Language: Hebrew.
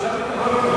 הוא שר הביטחון נוכחי.